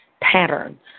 pattern